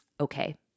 Okay